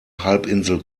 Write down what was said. halbinsel